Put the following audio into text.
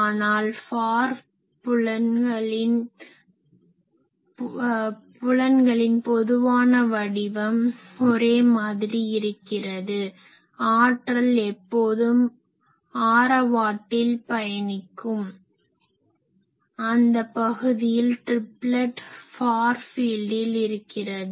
ஆனால் ஃபார் புலன்களின் பொதுவான வடிவம் ஒரே மாதிரி இருக்கிறது ஆற்றல் எப்போதும் ஆரவாட்டில் பயணிக்கும் அந்த பகுதியில் ட்ரிப்லெட் ஃபார் ஃபீல்டில் இருக்கிறது